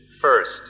first